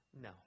No